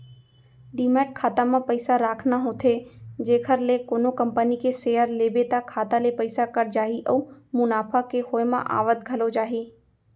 demat खाता म पइसा राखना होथे जेखर ले कोनो कंपनी के सेयर लेबे त खाता ले पइसा कट जाही अउ मुनाफा के होय म आवत घलौ जाही